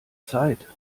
zeit